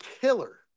killer